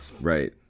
right